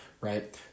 right